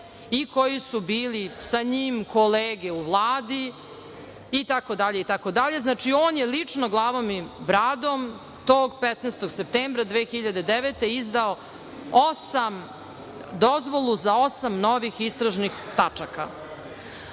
i koji su bili sa njim kolege u Vladi itd. itd. Znači, on je lično glavom i bradom tog 15. septembra 2009. godine izdao dozvolu za osam novih istražnih tačaka. Osma